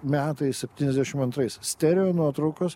metais septyniasdešim antrais stereo nuotraukos